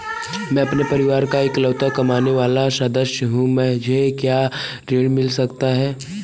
मैं अपने परिवार का इकलौता कमाने वाला सदस्य हूँ क्या मुझे ऋण मिल सकता है?